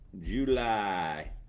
July